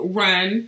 run